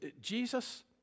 Jesus